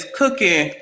cooking